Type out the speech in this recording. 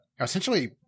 essentially